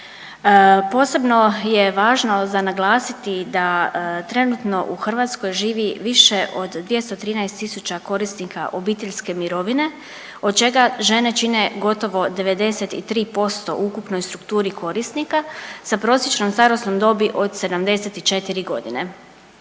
Posebno je važno za naglasiti da trenutno u Hrvatskoj živi više od 213 tisuća korisnika obiteljske mirovine, od čega žene čine gotovo 93% u ukupnoj strukturi korisnika sa prosječnom starosnom dobi od 74.g..